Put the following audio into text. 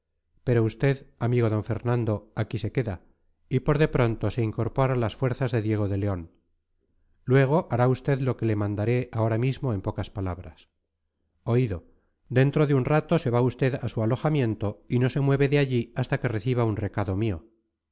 pero usted amigo d fernando aquí se queda y por de pronto se incorpora a las fuerzas de diego león luego hará usted lo que le mandaré ahora mismo en pocas palabras oído dentro de un rato se va usted a su alojamiento y no se mueve de allí hasta que reciba un recado mío